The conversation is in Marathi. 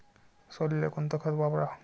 सोल्याले कोनचं खत वापराव?